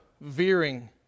veering